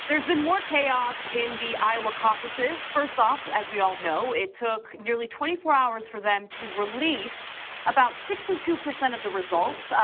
there's been more chaos in the iowa caucuses. first off, as we all know, it took nearly twenty four hours for them to release about sixty two percent of the results.